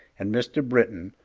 and mr. britton,